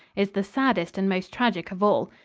is the saddest and most tragic of all.